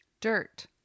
dirt